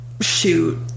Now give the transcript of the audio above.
Shoot